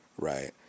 right